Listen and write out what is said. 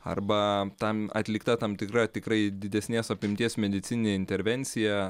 arba tam atlikta tam tikra tikrai didesnės apimties medicininė intervencija